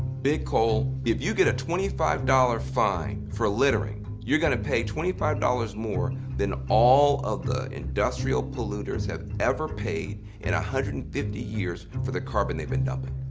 big coal. if you get a twenty five dollars fine for littering, you're going to pay twenty five dollars more than all of the industrial polluters have ever paid in one hundred and fifty years for the carbon they've been dumping.